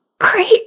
great